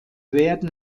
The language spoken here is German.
werden